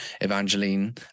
Evangeline